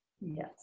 Yes